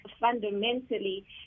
fundamentally